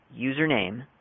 username